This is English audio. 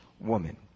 woman